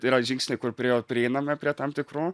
tai yra žingsniai kur prie jo prieiname prie tam tikrų